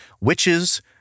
witches